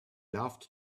loved